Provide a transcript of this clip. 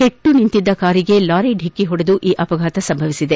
ಕೆಟ್ಟು ನಿಂತಿದ್ದ ಕಾರಿಗೆ ಲಾರಿ ಡಿಕ್ಕಿ ಹೊಡೆದ ಕಾರಣ ಈ ಅಪಘಾತ ಸಂಭವಿಸಿದೆ